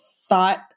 thought